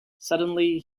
suddenly